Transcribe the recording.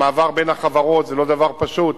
המעבר בין החברות זה לא דבר פשוט.